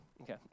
okay